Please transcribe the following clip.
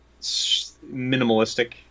minimalistic